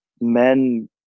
men